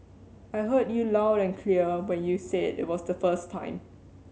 I heard you loud and clear when you said it was the first time